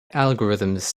algorithms